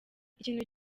ikintu